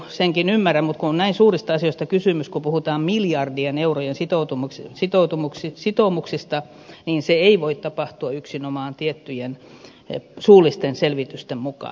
senkin ymmärrän mutta kun on näin suurista asioista kysymys kun puhutaan miljardien eurojen sitoumuksista niin se ei voi tapahtua yksinomaan tiettyjen suullisten selvitysten mukaan